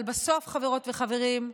אבל בסוף, חברות וחברים,